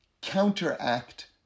counteract